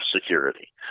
security